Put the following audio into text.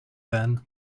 then